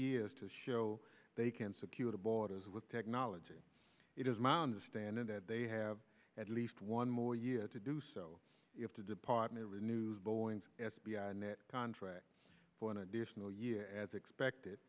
years to show they can secure the borders with technology it is my understanding that they have at least one more year to do so if the department renews boeing's f b i net contract for an additional year as expected